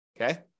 okay